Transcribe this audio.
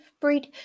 breed